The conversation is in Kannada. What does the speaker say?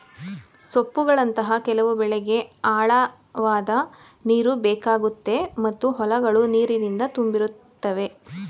ಸೊಪ್ಪುಗಳಂತಹ ಕೆಲವು ಬೆಳೆಗೆ ಆಳವಾದ್ ನೀರುಬೇಕಾಗುತ್ತೆ ಮತ್ತು ಹೊಲಗಳು ನೀರಿನಿಂದ ತುಂಬಿರುತ್ತವೆ